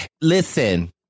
Listen